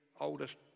oldest